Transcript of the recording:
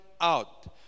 out